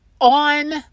on